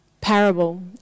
parable